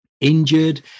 injured